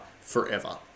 forever